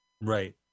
right